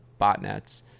botnets